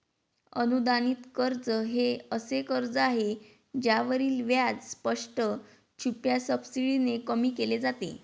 अनुदानित कर्ज हे असे कर्ज आहे ज्यावरील व्याज स्पष्ट, छुप्या सबसिडीने कमी केले जाते